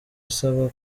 asaba